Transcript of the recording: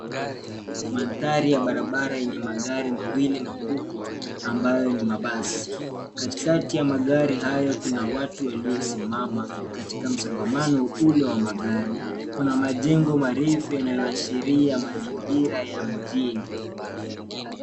Mandhari ya barabara yenye magari mawili makubwa ambayo ni mabasi ,katikati ya magari hayo kuna watu waliosimama katika msongamano ule wa magari kuna majengo marefu yanayoashiria mazingira ya mjini.